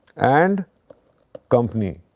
and company.